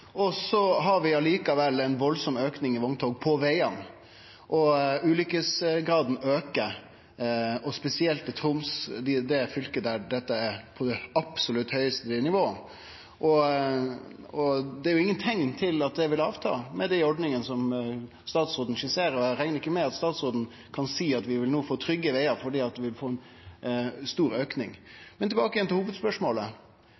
Så har vi likevel ein veldig auke i vogntog på vegane, og ulykkesgraden aukar, spesielt i Troms, det fylket der dette er på det absolutt høgaste nivået. Og det er ingen teikn til at det vil gå ned med dei ordningane som statsråden skisserer. Eg reknar ikkje med at statsråden kan seie at vi no vil få trygge vegar fordi vi vil få ein stor